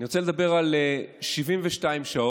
אני רוצה לדבר על 72 שעות,